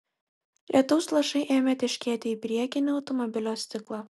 lietaus lašai ėmė teškėti į priekinį automobilio stiklą